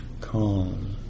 calm